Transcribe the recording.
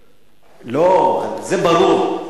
לא, זה ברור.